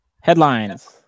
Headlines